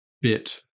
bit